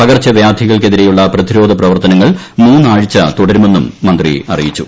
പകർച്ചാവ്യാധികൾക്കെതിരെയുള്ള പ്രതിരോധ പ്രവർത്തനങ്ങൾ മൂന്നാഴ്ച തുടരുമെന്നും മന്ത്രി അറിയിച്ചു